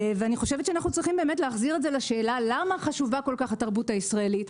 אני חושבת שאנחנו צריכים לחזור לשאלה למה חשובה כל כך התרבות הישראלית,